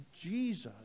Jesus